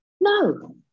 No